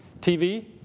TV